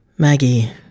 Maggie